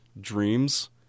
dreams